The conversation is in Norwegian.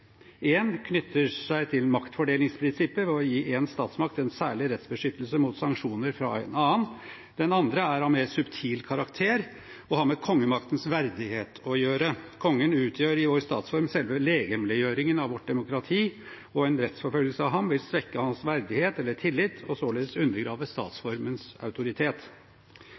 knytter seg til maktfordelingsprinsippet ved å gi en statsmakt en særlig rettsbeskyttelse mot sanksjoner fra en annen. Den andre er av mer subtil karakter og har med kongemaktens verdighet å gjøre: Kongen utgjør i vår statsform selve legemliggjøringen av vårt demokrati, og en rettsforfølgelse av ham vil svekke hans verdighet eller tillit – og således undergrave statsformens autoritet.